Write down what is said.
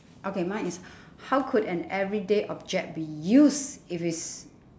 okay mine is how could an everyday object be used if it's